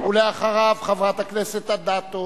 אחריו, חברת הכנסת אדטו.